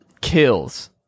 kills